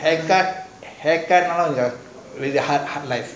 haircut haircut with the hard hard nice